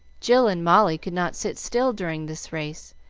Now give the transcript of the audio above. jill and molly could not sit still during this race,